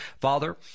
Father